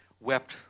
wept